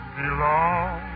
belong